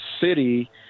city